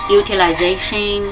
utilization